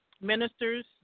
ministers